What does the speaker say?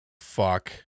Fuck